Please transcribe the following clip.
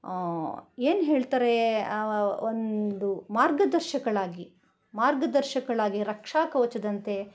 ಏನು ಹೇಳ್ತಾರೆ ಒಂದು ಮಾರ್ಗದರ್ಶಕಳಾಗಿ ಮಾರ್ಗದರ್ಶಕಳಾಗಿ ರಕ್ಷಾಕವಚದಂತೆ